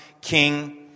king